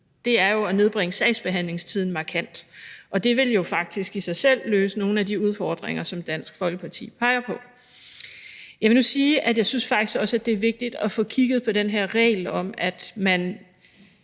er jo at nedbringe sagsbehandlingstiden markant. Det vil faktisk i sig selv løse nogle af de udfordringer, som Dansk Folkeparti peger gå. Jeg vil nu sige, at jeg faktisk også synes, det er vigtigt at få kigget på den her regel om, at man